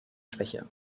schwäche